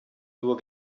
nur